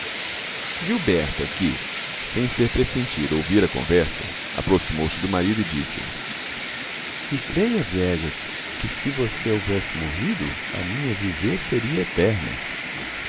gilberta que sem ser pressentida ouvira a conversa aproximou-se do marido e disse-lhe e creia viegas que se você houvesse morrido a minha viuvez seria eterna